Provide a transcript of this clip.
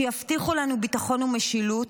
שיבטיחו לנו ביטחון ומשילות,